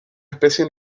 especie